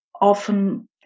often